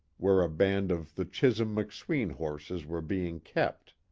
where a band of the chisum-mcsween horses were being kept.